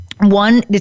One